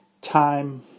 time